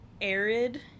arid